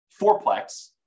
fourplex